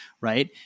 right